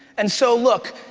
and so look,